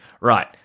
right